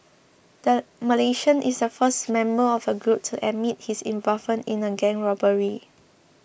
the Malaysian is the first member of a group to admit his involvement in a gang robbery